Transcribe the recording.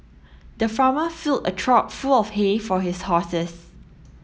the farmer filled a trough full of hay for his horses